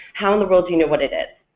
how in the world do you know what it is?